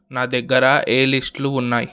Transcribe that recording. నా దగ్గర ఏ లిస్టులు ఉన్నాయి